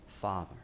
Father